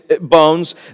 bones